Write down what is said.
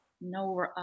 no